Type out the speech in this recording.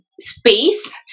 space